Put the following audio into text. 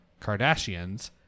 Kardashians